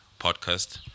podcast